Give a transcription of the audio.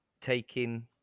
taking